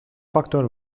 faktör